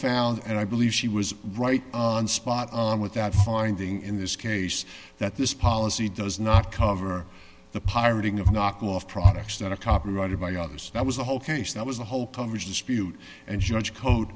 found and i believe she was right on spot on with that finding in this case that this policy does not cover the pirating of knockoff products that are copyrighted by others that was the whole case that was the whole coverage dispute and judge code